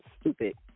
stupid